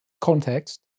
context